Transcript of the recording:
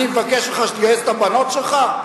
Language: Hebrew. אני מבקש ממך שתגייס את הבנות שלך?